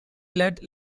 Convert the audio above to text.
led